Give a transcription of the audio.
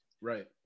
right